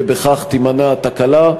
ובכך תימנע התקלה.